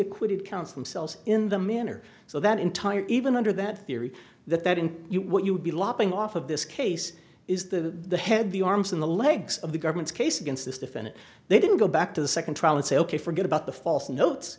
acquitted counsel cells in the manner so that entire even under that theory that that in you what you would be lopping off of this case is the head the arms and the legs of the government's case against this defendant they didn't go back to the second trial and say ok forget about the false notes